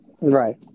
Right